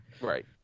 Right